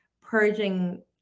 purging